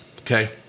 Okay